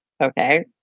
Okay